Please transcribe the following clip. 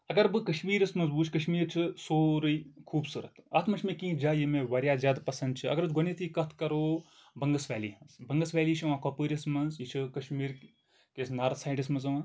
اَگر بہٕ کشمیٖرس منٛز وٕچھ کَشمیٖر چھُ سورُے خوٗبصوٗت اَتھ منٛز چھِ مےٚ کیٚنٛہہ جایہِ یِم مےٚ واریاہ زیادٕ پسنٛد چھِ اَگر أسۍ گۄڈٕنیتھٕے کَتھ کَرو بنگس ویلی بنگس ویلی چھُ یِوان کۄپوٲرِس منٛز یہِ چھُ کَشمیرکِس نارٕتھ سایڈس منٛز یِوان